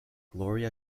gloria